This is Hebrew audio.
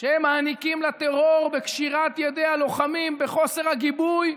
שהם מעניקים לטרור ובקשירת ידי הלוחמים בחוסר הגיבוי,